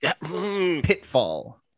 pitfall